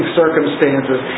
circumstances